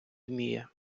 вміє